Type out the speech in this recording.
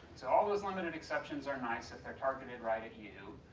so all these limited exceptions are nice if they are targeted right at you,